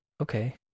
okay